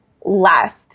last